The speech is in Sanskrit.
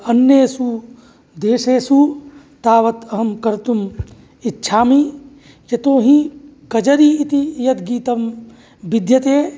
अन्येषु देशेषु तावत् अहं कर्तुम् इच्छमि यतोहि कजरी इति यत् गीतं विद्यते